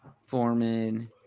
Foreman